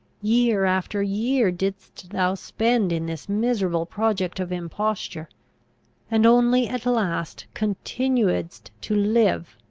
year after year didst thou spend in this miserable project of imposture and only at last continuedst to live,